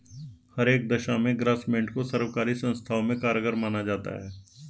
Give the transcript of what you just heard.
हर एक दशा में ग्रास्मेंट को सर्वकारी संस्थाओं में कारगर माना जाता है